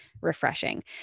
refreshing